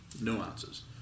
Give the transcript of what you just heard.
nuances